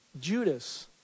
Judas